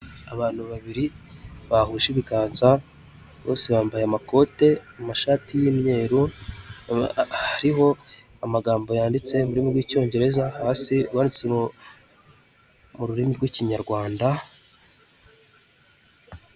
Abantu babiri bahuje ibiganza bose bambaye amakote, amashati y'imyeru hariho amagambo yanditse mu rurimi rw'icyongereza hasi banditse mu rurimi rw'ikinyarwanda.